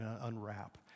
unwrap